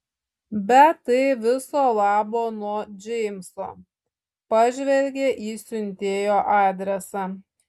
bet tai viso labo nuo džeimso pažvelgė į siuntėjo adresą